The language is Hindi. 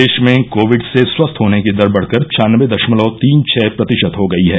देश में कोविड से स्वस्थ होने की दर बढ़कर छानबे दशमलव तीन छह प्रतिशत हो गई है